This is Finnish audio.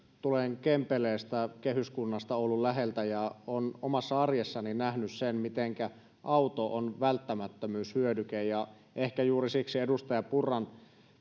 tulen kempeleestä kehyskunnasta oulun läheltä ja olen omassa arjessani nähnyt sen mitenkä auto on välttämättömyyshyödyke ehkä juuri siksi edustaja purran